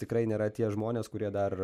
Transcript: tikrai nėra tie žmonės kurie dar